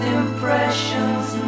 impressions